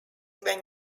when